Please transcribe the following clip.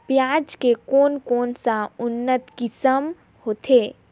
पियाज के कोन कोन सा उन्नत किसम होथे?